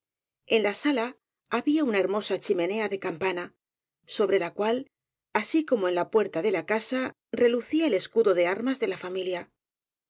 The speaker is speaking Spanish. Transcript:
en la sala había una hermosa chimenea de campana sobre la cual así como en la puerta de la casa relucía el escudo de armas de la familia